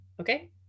Okay